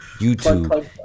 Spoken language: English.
YouTube